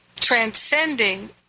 transcending